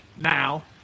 now